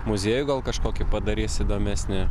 muziejų gal kažkokį padarys įdomesnį